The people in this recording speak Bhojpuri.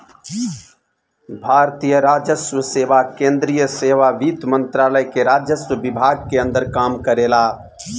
भारतीय राजस्व सेवा केंद्रीय सेवा वित्त मंत्रालय के राजस्व विभाग के अंदर काम करेला